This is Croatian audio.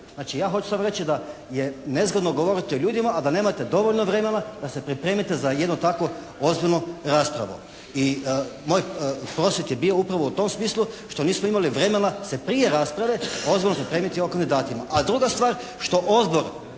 Znači ja samo hoću reći da je nezgodno govoriti o ljudima a da nemate dovoljno vremena da se pripremite za jednu takvu ozbiljnu raspravu. I moj prosvjed je bio upravo u tom smislu što nismo imali vremena se prije rasprave ozbiljno pripremiti o kandidatima.